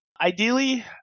Ideally